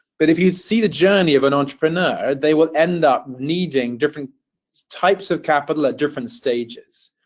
but if you see the journey of an entrepreneur, they will end up needing different types of capital at different stages.